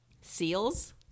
seals